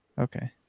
Okay